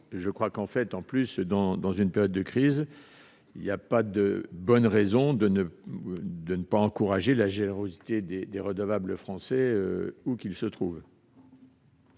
de France. Dans une période de crise, il n'y a pas de bonne raison de ne pas encourager la générosité des redevables français, où qu'ils se trouvent.